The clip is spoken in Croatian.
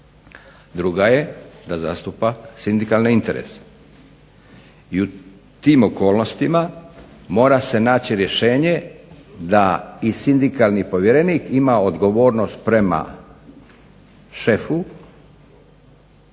Druga je da zastupa sindikalne interese. I u tim okolnostima mora se naći rješenje da i sindikalni povjerenik ima odgovornost prema šefu,